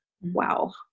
Wow